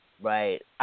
Right